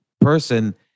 person